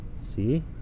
see